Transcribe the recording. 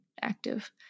active